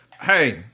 hey